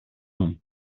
μου